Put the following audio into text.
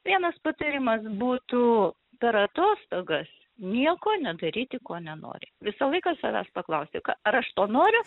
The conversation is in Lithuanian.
vienas patarimas būtų per atostogas nieko nedaryti ko nenori visą laiką savęs paklausti ką ar aš to noriu